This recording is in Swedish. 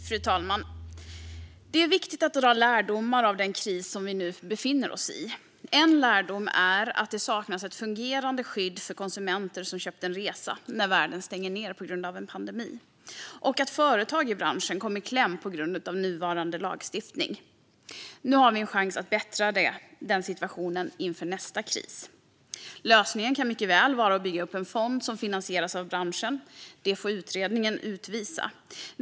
Fru talman! Det är viktigt att dra lärdomar av den kris som vi nu befinner oss i. En lärdom är att det saknas ett fungerande skydd för konsumenter som köpt en resa när världen stänger ned på grund av en pandemi och att företag i branschen kom i kläm på grund av nuvarande lagstiftning. Nu har vi en chans att bättra den situationen inför nästa kris. Lösningen kan mycket väl vara att bygga upp en fond som finansieras av branschen; det får utredningen utvisa.